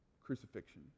crucifixion